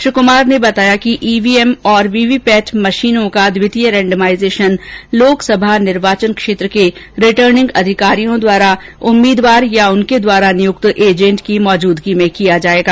श्री कुमार ने बताया कि ईवीएम और वीवीपैट मशीनों का द्वितीय रेंडमाइजेशन लोकसभा निर्वाचन क्षेत्र के रिटर्निंग अधिकारियों द्वारा उम्मीदवार या उनके द्वारा नियुक्त एजेंट की उपस्थिति में किया जाएगा